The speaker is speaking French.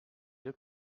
deux